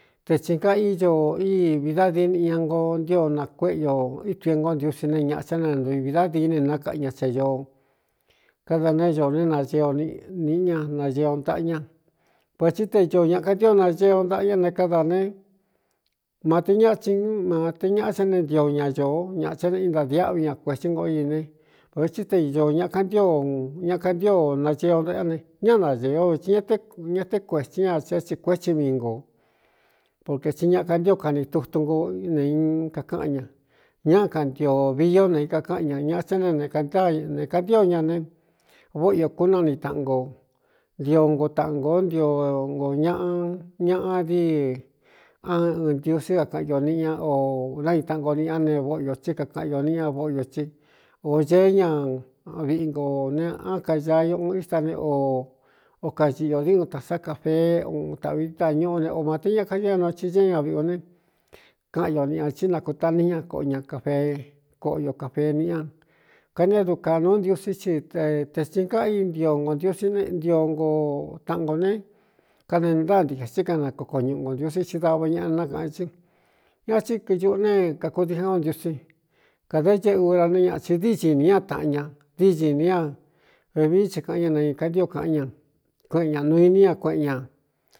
Te tsīn ka íño í vi dá dií niꞌi ña ngoo ntío na kuéꞌe o ítuiengo ntiusí ne ñaꞌa tá ne ntui vi dádií ne nakaꞌa ña teeñoo káda ne ño ne nañee o nīꞌi ña nañee o ntaꞌa ña vētsí te ñoo ñaka ntío nañee o ntaꞌa ñá ne kádaā ne mate ñaa tsin mate ñaꞌa sá ne ntio ña ñōo ñāꞌa tá ne intadiáꞌvi ña kuētsí ngo i ne vetsí te īño ñaka ntío ñakantío nañee o ntaꞌa á ne ñá nañēe o vtsi ña ña té kuētín ña sī é tsi kuétsi mi ngo porqē tsi ñakantío kani tutu nkoo nen kakaꞌan ña ñá kantio vii ó nei kakáꞌan ña ñaꞌa tá ne ne kantáane kantío ña ne váꞌo iō kúna ni taꞌan nko ntio ng taꞌan ngōó ntio ngo ñaꞌa ñaꞌa díi án ɨ ntiusí kakaꞌan o niꞌi ña o naitaꞌango niꞌi ñá ne vóꞌo yōtsí kakaꞌan ñō niꞌi ña vóꞌyō tsí ō ñeé ña viꞌi ngo ne á kañaa ñoꞌun ista ne o o kañiꞌi ō di uun tāsá kafee uun tāꞌvi í tañuꞌu ne o mate ña kadio nuo tsi ñeé ña viꞌi ō ne kaꞌan ño niꞌi ñā tsí nakuta ní ña koꞌo ña kafee koꞌo io kafee niꞌi ña kani édu ka nuú ntiusí ti te te tsin ká í ntio ngo ntiusí ne ntio noo taꞌan kō ne kane ntáa ntikā tsí kan nakoko ñuꞌu nkō ntiusí ti dava ñaꞌa ne nákāꞌan tsí ñaa ti kɨñuꞌu ne kakudijan on ntiusí kādā ñeꞌ ura ne ñaꞌa tsi díí ñi nī ñá tāꞌan ña díí ñin nī ña vevií tsi kāꞌan ña nai kantío kāꞌán ña kueꞌen ñā nuu iní ña kueꞌen ñā.